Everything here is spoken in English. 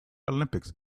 olympics